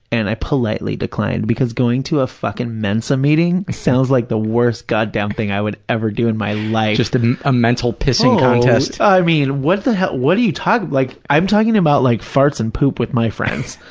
and i politely declined because going to a fucking mensa meeting sounds like the worst goddamn thing i would ever do in my life. just ah a mental pissing contest. oh, i mean, what the hell, what do you talk, like i'm talking about like farts and poop with my friends.